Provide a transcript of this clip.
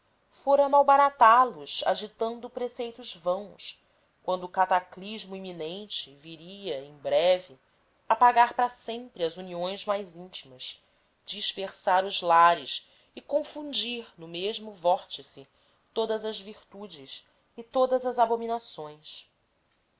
mundo fora malbaratá los agitando preceitos vãos quando o cataclismo iminente viria em breve apagar para sempre as uniões mais íntimas dispersar os lares e confundir no mesmo vórtice todas as virtudes e todas as abominações